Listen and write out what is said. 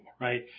right